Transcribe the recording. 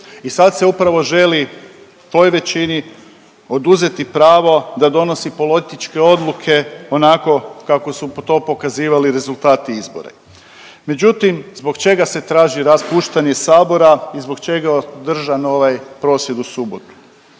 I sad se upravo želi toj većini oduzeti pravo da donosi političke odluke onako kako su to pokazivali rezultati izbora. Međutim, zbog čega se traži raspuštanje Sabora i zbog čega držan ovaj prosvjed u subotu?